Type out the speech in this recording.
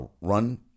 run